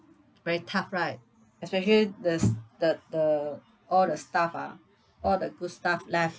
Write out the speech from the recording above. very tough right especially the s~ the the all the staff ah all the good staff left